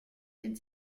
den